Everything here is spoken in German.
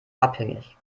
abhängig